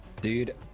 dude